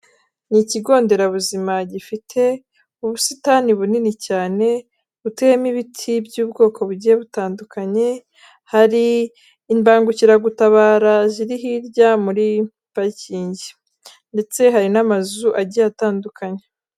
Ni ikigo nderabuzima gifite ubusitani bunini cyane butuyemo ibiti by'ubwoko bugiye butandukanye, hari imbangukiragutabara ziri hirya muri parikingi ndetse hari n'amazu agiye atandukanye.